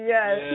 Yes